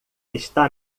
está